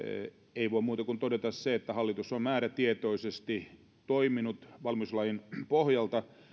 ei voi muuta kuin todeta sen että hallitus on määrätietoisesti toiminut valmiuslain pohjalta